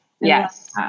Yes